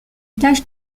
tache